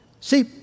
See